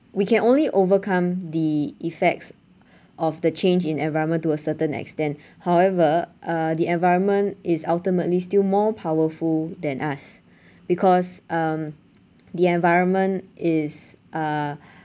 we can only overcome the effects of the change in environment to a certain extent however uh the environment is ultimately still more powerful than us because um the environment is uh